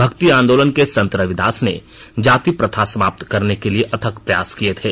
भक्ति आंदोलन के संत रविदास ने जाति प्रथा समाप्त करने के लिए अथक प्रयास किए थे